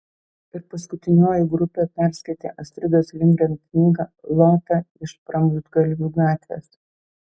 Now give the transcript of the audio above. ir paskutinioji grupė perskaitė astridos lindgren knygą lota iš pramuštgalvių gatvės